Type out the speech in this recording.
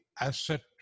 asset